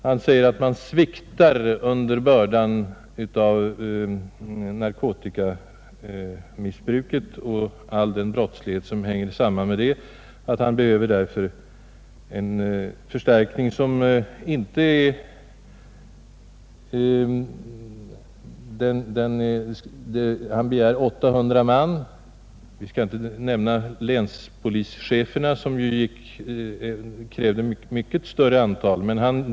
Han säger att polisen sviktar under bördan av narkotikamissbruket och all den brottslighet som hänger samman därmed och att han därför behöver en förstärkning på 800 man — vi skall inte nämna länspolischeferna som krävde ett mycket större antal.